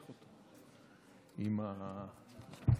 אותו עם זה,